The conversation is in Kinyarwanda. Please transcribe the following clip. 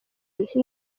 nti